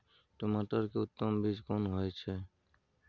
टमाटर के उत्तम बीज कोन होय है?